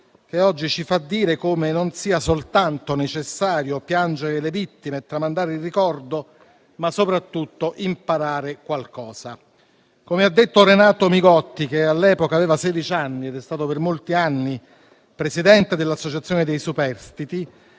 che oggi ci fa dire come non sia soltanto necessario piangere le vittime e tramandare il ricordo, ma soprattutto imparare qualcosa. Come ha detto Renato Migotti, che all'epoca aveva sedici anni ed è stato per molti anni presidente dell'Associazione dei superstiti,